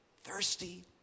thirsty